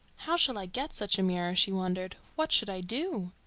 how shall i get such a mirror? she wondered. what should i do?